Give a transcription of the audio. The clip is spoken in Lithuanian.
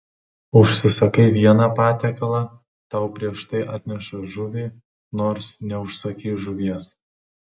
užsisakai vieną patiekalą tau prieš tai atneša žuvį nors neužsakei žuvies